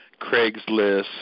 Craigslist